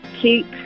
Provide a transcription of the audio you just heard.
keep